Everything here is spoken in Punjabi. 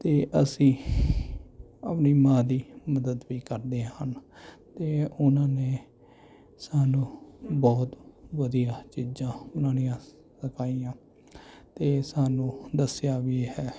ਅਤੇ ਅਸੀਂ ਆਪਣੀ ਮਾਂ ਦੀ ਮਦਦ ਵੀ ਕਰਦੇ ਹਨ ਅਤੇ ਉਹਨਾਂ ਨੇ ਸਾਨੂੰ ਬਹੁਤ ਵਧੀਆ ਚੀਜ਼ਾਂ ਬਣਾਉਣੀਆਂ ਸਿਖਾਈਆਂ ਅਤੇ ਸਾਨੂੰ ਦੱਸਿਆ ਵੀ ਹੈ